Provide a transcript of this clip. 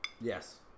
Yes